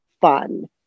fun